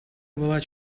была